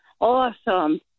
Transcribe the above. Awesome